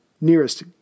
nearest